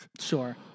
Sure